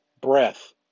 breath